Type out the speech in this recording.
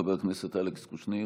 חבר הכנסת אלכס קושניר,